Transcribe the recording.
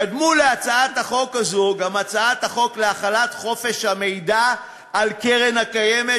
קדמו להצעת החוק הזאת גם הצעת החוק להחלת חופש המידע על קרן קיימת,